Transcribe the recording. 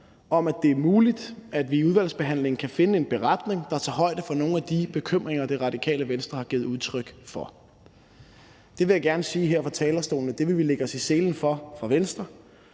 om, at det er muligt, at vi i udvalgsbehandlingen kan finde sammen om en beretning, der tager højde for nogle af de bekymringer, Radikale Venstre har givet udtryk for. Jeg vil gerne sige her fra talerstolen, at det vil vi lægge os i selen for fra Venstres